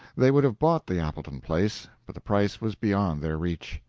they would have bought the appleton place, but the price was beyond their reach.